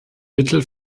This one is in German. mittel